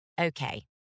Okay